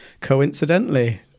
coincidentally